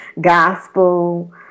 Gospel